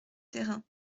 thérain